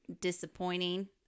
disappointing